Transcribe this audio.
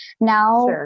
Now-